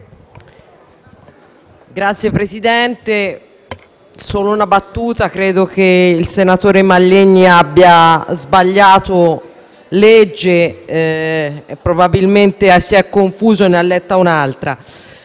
Signor Presidente, anzitutto una battuta: credo che il senatore Mallegni abbia sbagliato legge; probabilmente si è confuso e ne ha letta un'altra.